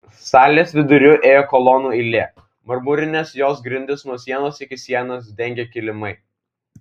salės viduriu ėjo kolonų eilė marmurines jos grindis nuo sienos iki sienos dengė kilimai